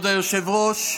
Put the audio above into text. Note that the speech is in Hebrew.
כבוד היושב-ראש,